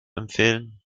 empfehlen